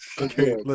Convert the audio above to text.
Okay